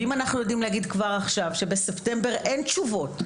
ואם כבר עכשיו בספטמבר אין תשובות,